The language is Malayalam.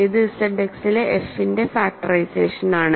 ഇത് Z X ലെ f ന്റെ ഫാക്ടറൈസേഷനാണ്